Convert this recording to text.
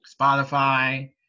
Spotify